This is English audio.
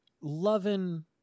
Lovin